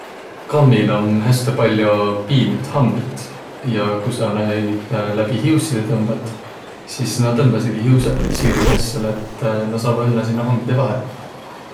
Kammil om häste pall'o piinüid hambit. Ja ku saq noid läbi hiussidõ tõmbat, sis näq tõmbasõgiq hiusõq sirgõs, selle et näq saavaq õnnõ sinnäq hambidõ vaihõlõ minnäq.